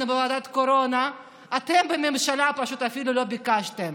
בוועדת הקורונה אתם בממשלה אפילו לא ביקשתם.